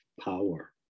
power